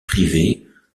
privées